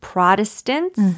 Protestants